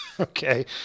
Okay